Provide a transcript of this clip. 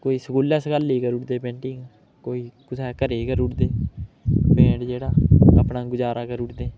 कोई स्कूलै स्कालै दी करी ओड़दे पेंटिंग कोई कुसै घरै गी करी ओड़दे पेंट जेह्ड़ा अपना गजारा करी उड़दे